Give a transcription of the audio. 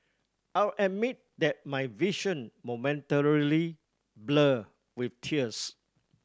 I'll admit that my vision momentarily blurred with tears